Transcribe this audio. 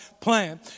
plan